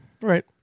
Right